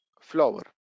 flower